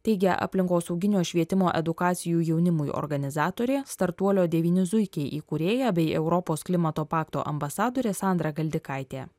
teigia aplinkosauginio švietimo edukacijų jaunimui organizatorė startuolio devyni zuikiai įkūrėja bei europos klimato pakto ambasadorė sandra galdikaitė